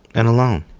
and alone,